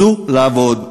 צאו לעבוד,